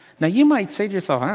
now you might say to yourself,